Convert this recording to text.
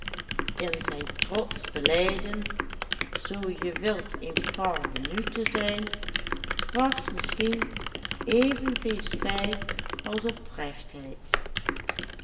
in zijn trotsch belijden zoo je wilt een parvenu te zijn was misschien even veel spijt als